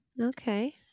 Okay